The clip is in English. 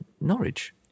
Norwich